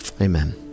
Amen